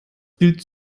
bild